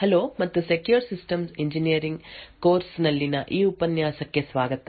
hello ಮತ್ತು secure systems engineering course ನಲ್ಲಿನ ಈ ಉಪನ್ಯಾಸಕ್ಕೆ ಸ್ವಾಗತ